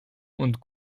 und